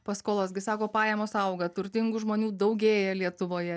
paskolos gi sako pajamos auga turtingų žmonių daugėja lietuvoje